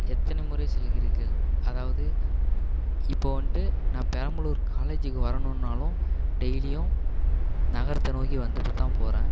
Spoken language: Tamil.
எத்தனை முறை செல்கிறீர்கள் அதாவது இப்போது வந்துட்டு நான் பெரம்பலூர் காலேஜுக்கு வரணும்னாலும் டெய்லியும் நகரத்தை நோக்கி வந்துட்டு தான் போகிறேன்